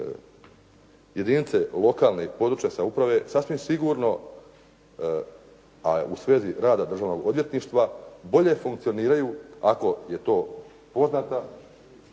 jedinice lokalne i područne samouprave sasvim sigurno, a u svezi rada državnog odvjetništva bolje funkcioniraju ako je to poznata